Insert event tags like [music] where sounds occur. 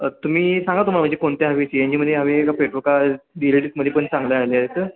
तुम्ही सांगा तुम्हाला म्हणजे कोणत्या हवी सी एन जीमध्ये हवी आहे का [unintelligible] मध्ये पण चांगले आले आहेत